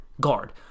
guard